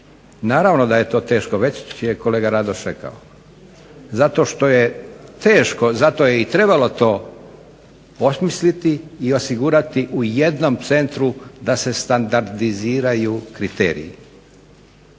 Naravno je da je to teško, već je kolega Radoš rekao. Zato što je teško zato je i trebalo to osmisliti i osigurati u jednom centru da se standardiziraju kriteriji,